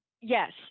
Yes